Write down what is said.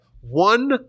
one